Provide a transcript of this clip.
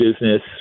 business